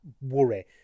worry